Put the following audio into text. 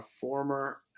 former